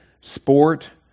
sport